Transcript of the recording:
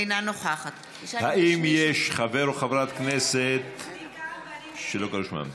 אינה נוכחת האם יש חבר או חברת כנסת שלא קראו בשמם?